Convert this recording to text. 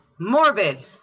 Morbid